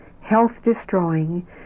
health-destroying